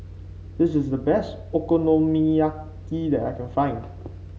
this is the best Okonomiyaki that I can find